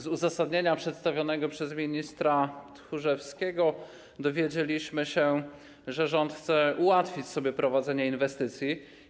Z uzasadnienia przedstawionego przez ministra Tchórzewskiego dowiedzieliśmy się, że rząd chce sobie ułatwić prowadzenie inwestycji.